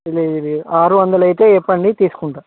kilo ఇది ఆరు వందలు అయితే చెప్పండి తీసుకుంటాను